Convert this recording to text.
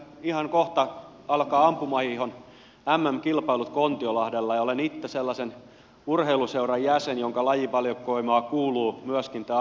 ihan kohta alkavat ampumahiihdon mm kilpailut kontiolahdella ja olen itse sellaisen urheiluseuran jäsen jonka lajivalikoimaan kuuluu myöskin tämä ampumahiihto